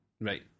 Right